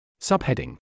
Subheading